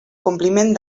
compliment